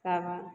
तब आर